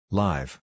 live